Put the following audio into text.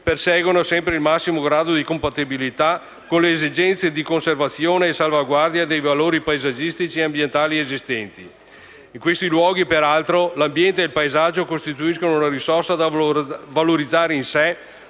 perseguano sempre il massimo grado di compatibilità con le esigenze di conservazione e salvaguardia dei valori paesaggistici e ambientali esistenti. In questi luoghi, peraltro, l'ambiente e il paesaggio costituiscono una risorsa da valorizzare in sé